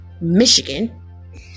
Michigan